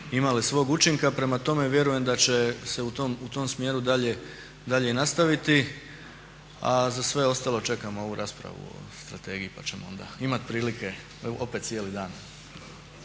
imale svog učinka. Prema tome vjerujem da će se u tom smjeru dalje i nastaviti a za sve ostalo čekamo ovu raspravu o strategiji pa ćemo onda imati prilike opet cijeli dan.